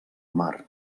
mar